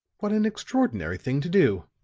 what an extraordinary thing to do!